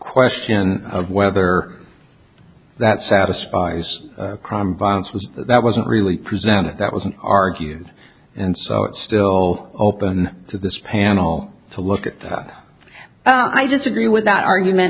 question of whether that satisfies crime violence was that was really presented that wasn't argued and so it's still open to this panel to look at the i disagree with that argument